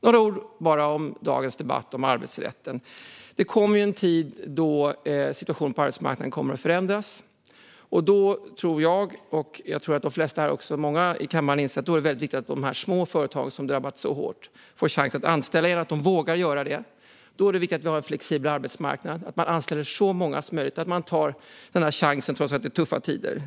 Låt mig säga några ord om dagens debatt om arbetsrätten. Det kommer en tid då situationen på arbetsmarknaden kommer att förändras. Jag tror att de flesta här i kammaren inser att det då är väldigt viktigt att de små företagen, som drabbats hårt, får chansen att anställa igen och att de vågar göra det. Då är det viktigt att vi har en flexibel arbetsmarknad, att man anställer så många som möjligt och att man tar chansen trots att det är tuffa tider.